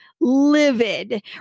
livid